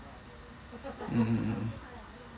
mm mm mm mm